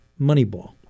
Moneyball